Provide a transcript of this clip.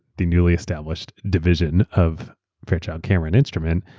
the newly established division of fairchild camera and instrument,